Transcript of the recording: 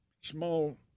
small